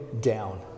down